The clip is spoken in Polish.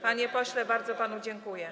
Panie pośle, bardzo panu dziękuję.